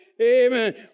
Amen